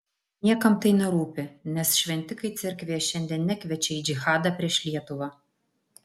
niekam tai nerūpi nes šventikai cerkvėje šiandien nekviečia į džihadą prieš lietuvą